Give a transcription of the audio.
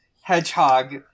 Hedgehog